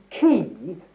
key